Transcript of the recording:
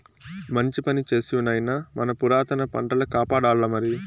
మంచి పని చేస్తివి నాయనా మన పురాతన పంటల కాపాడాల్లమరి